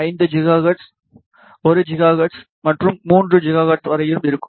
5 gigahertz 1 gigahertz மற்றும் 3 gigahertz வரையிலும் இருக்கும்